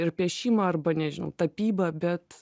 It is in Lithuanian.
ir piešimą arba nežinau tapybą bet